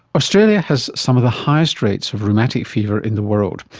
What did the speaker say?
australia has some of the highest rates of rheumatic fever in the world.